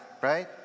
right